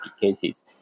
cases